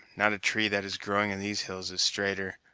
not a tree that is growing in these hills is straighter,